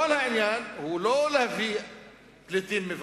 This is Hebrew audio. כל העניין הוא לא להביא פליטים מבחוץ,